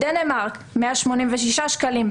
בדנמרק 186 שקלים,